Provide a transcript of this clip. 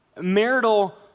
Marital